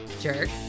Jerk